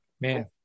Man